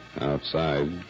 outside